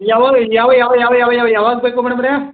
ಯಾವಾಗ ಯಾವ ಯಾವ ಯಾವ ಯಾವ ಯಾವ ಯಾವಾಗ ಬೇಕು ಮೇಡಮವ್ರೇ